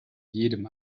jedem